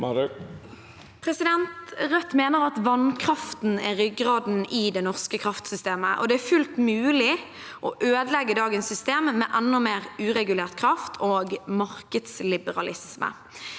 Rødt mener at vann- kraften er ryggraden i det norske kraftsystemet. Det er fullt mulig å ødelegge dagens system med enda mer uregulert kraft og markedsliberalisme.